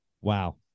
wow